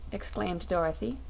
exclaimed dorothy.